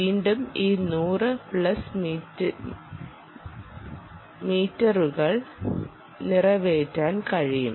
വീണ്ടും ഈ 100 പ്ലസ് മീറ്ററുകൾ നിറവേറ്റാൻ കഴിയും